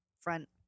front